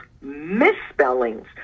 misspellings